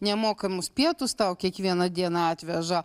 nemokamus pietus tau kiekvieną dieną atveža